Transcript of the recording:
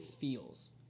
feels